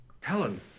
Helen